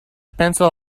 pencil